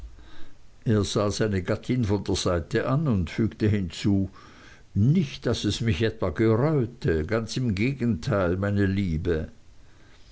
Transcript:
er sah seine gattin von der seite an und fügte hinzu nicht daß es mich etwa gereute ganz im gegenteil meine liebe